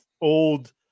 old